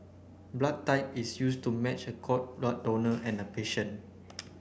blood type is used to match a cord blood donor and a patient